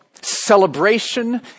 celebration